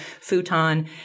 futon